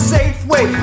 Safeway